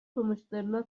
sonuçlarına